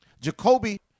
Jacoby